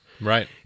Right